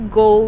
go